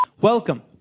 Welcome